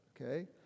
okay